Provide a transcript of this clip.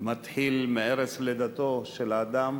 מתחיל מערש לידתו של האדם,